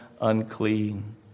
unclean